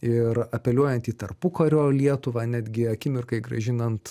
ir apeliuojant į tarpukario lietuvą netgi akimirkai grąžinant